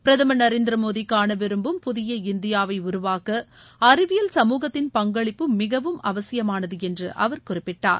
பிரதமர் நரேந்திர மோதி காண விரும்பும் புதிய இந்தியாவை உருவாக்க அறிவியல் சமூகத்தின் பங்களிப்பு மிகவும் அவசியமானது என்று அவர் குறிப்பிட்டார்